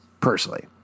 personally